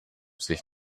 sich